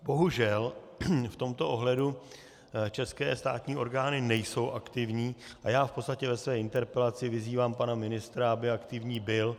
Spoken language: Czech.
Bohužel v tomto ohledu české státní orgány nejsou aktivní a já v podstatě ve své interpelaci vyzývám pana ministra, aby aktivní byl.